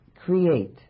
create